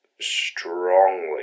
strongly